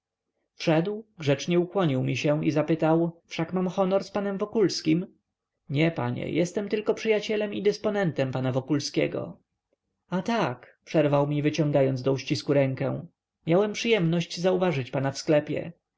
oczy wszedł grzecznie ukłonił mi się i zapytał wszak mam honor z panem wokulskim nie panie jestem tylko przyjacielem i dysponentem pana wokulskiego a tak przerwał mi wyciągając do uścisku rękę miałem przyjemność zauważyć pana w sklepie